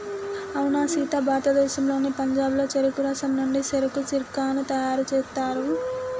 అవునా సీత భారతదేశంలోని పంజాబ్లో చెరుకు రసం నుండి సెరకు సిర్కాను తయారు సేస్తారు